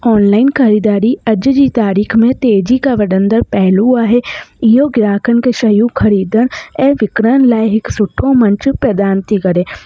online ख़रीदारी अॼु जी तारीख़ में तेज़ी खां वड़ंदड़ पहलू आहे इहो ग्राहकनि खे शयूं ख़रीदनि ऐं विकिरण लाइ हिकु सुठो मंच प्रदान थी करे